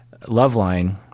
Loveline